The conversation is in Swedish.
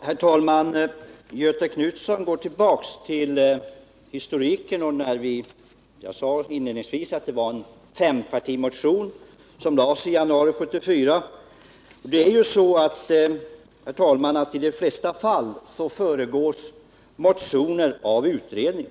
Herr talman! Göthe Knutson går tillbaka till sin historik. Jag sade inledningsvis att det var en fempartimotion som väcktes i januari 1974. I de flesta fall, herr talman, föregås motioner av utredningar.